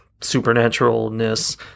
supernaturalness